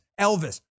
Elvis